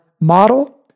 model